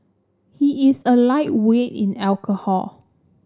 he is a lightweight in alcohol